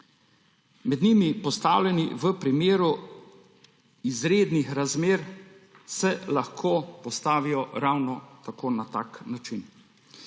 med njimi postavljeni v primeru izrednih razmer, se lahko ravno tako postavijo na tak način.